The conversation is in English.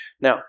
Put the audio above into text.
Now